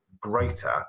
greater